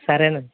సరేనా